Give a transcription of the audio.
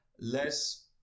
less